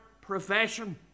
profession